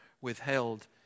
withheld